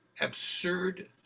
absurd